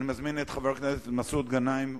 אני מזמין את חבר הכנסת מסעוד גנאים,